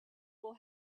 will